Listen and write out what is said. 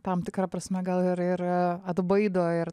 tam tikra prasme gal ir ir atbaido ir